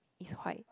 is white